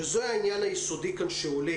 שזה העניין היסודי שעולה,